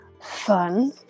fun